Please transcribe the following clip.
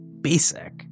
basic